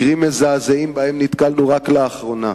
מקרים מזעזעים שבהם נתקלנו רק לאחרונה,